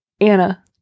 Anna